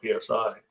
PSI